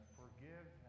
forgive